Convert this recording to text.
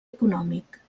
econòmic